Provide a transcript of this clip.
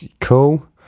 Cool